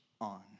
on